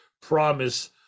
promise